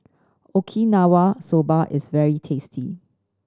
Okinawa Soba is very tasty